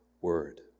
word